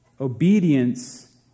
Obedience